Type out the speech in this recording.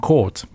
Court